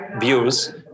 views